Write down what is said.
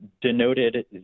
denoted